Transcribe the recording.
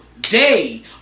day